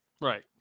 Right